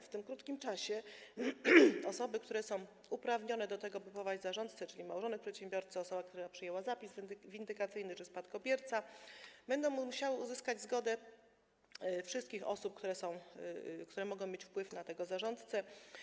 W tym krótkim czasie osoby, które są uprawnione do tego, by powołać zarządcę, czyli małżonek przedsiębiorcy, osoba, która przejęła zapis windykacyjny czy spadkobierca, będą musiały uzyskać zgodę wszystkich osób, które mogą mieć wpływ na tego zarządcę.